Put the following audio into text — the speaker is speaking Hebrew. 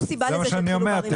יש סיבה לזה שהתחילו בערים הגדולות.